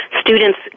students